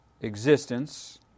existence